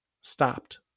stopped